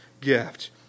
gift